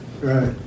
Right